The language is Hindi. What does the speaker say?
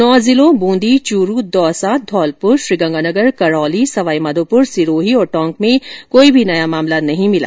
नौ जिलों बूंदी चूरू दौसा धौलपुर श्रीगंगानगर करौली संवाई माधोपुर सिरोही और टोंक में कोई नया मामला नहीं मिला